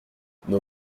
nos